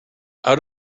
out